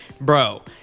Bro